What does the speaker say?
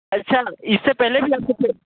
अच्छा इससे पहले भी आपको फिर